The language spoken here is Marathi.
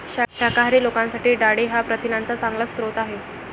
शाकाहारी लोकांसाठी डाळी हा प्रथिनांचा चांगला स्रोत आहे